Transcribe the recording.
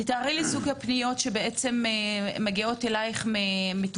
תתארי לי את סוג הפניות שמגיעות אליך ממטופלות